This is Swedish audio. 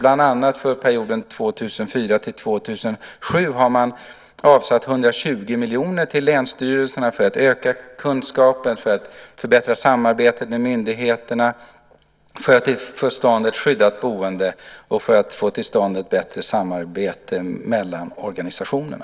Bland annat har man för perioden 2004-2007 avsatt 120 miljoner till länsstyrelserna för att öka kunskapen och förbättra samarbetet med myndigheterna samt få till stånd ett skyddat boende och ett bättre samarbete mellan organisationerna.